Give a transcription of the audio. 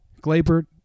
Glaber